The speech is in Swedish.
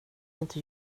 inte